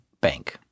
Bank